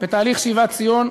בתהליך שיבת ציון,